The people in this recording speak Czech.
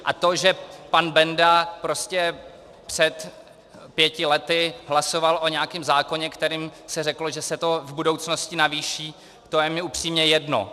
A to, že pan Benda prostě před pěti lety hlasoval o nějakém zákoně, kterým se řeklo, že se to v budoucnosti navýší, to je mi upřímně jedno.